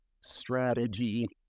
strategy